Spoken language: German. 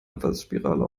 abwärtsspirale